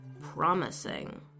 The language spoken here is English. promising